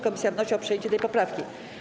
Komisja wnosi o przyjęcie tej poprawki.